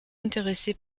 intéressé